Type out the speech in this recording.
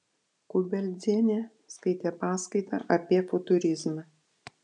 kubeldzienė skaitė paskaitą apie futurizmą